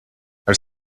als